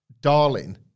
darling